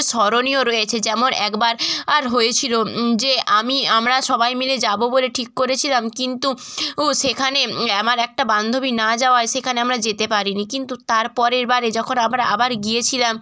স্মরণীয় রয়েছে যেমন একবার আর হয়েছিল যে আমি আমরা সবাই মিলে যাব বলে ঠিক করেছিলাম কিন্তু সেখানে আমার একটা বান্ধবী না যাওয়ায় সেখানে আমরা যেতে পারিনি কিন্তু তার পরের বারে যখন আমরা আবার গিয়েছিলাম